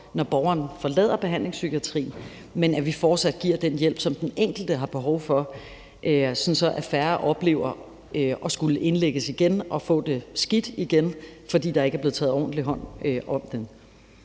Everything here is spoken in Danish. når borgeren forlader behandlingspsykiatrien, men at vi fortsat giver den hjælp, som den enkelte har behov for, sådan at færre oplever at skulle indlægges igen og få det skidt igen, fordi der ikke er blevet taget ordentligt hånd om dem.